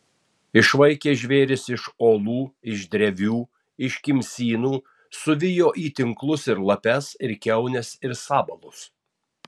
išvaikė žvėris iš olų iš drevių iš kimsynų suvijo į tinklus ir lapes ir kiaunes ir sabalus